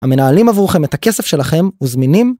המנהלים עבורכם את הכסף שלכם, וזמינים.